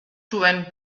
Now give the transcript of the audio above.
zuen